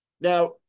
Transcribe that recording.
Now